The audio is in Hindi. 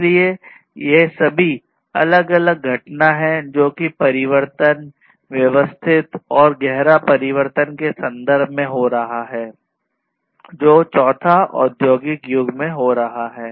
इसलिए ये सभी अलग अलग घटना है जोकि परिवर्तन व्यवस्थित और गहरा परिवर्तन के संदर्भ में हो रहा है जो चौथा औद्योगिक युग में हो रहा है